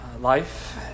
life